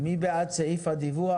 מי בעד סעיף הדיווח?